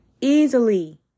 easily –